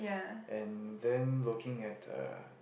and then looking at the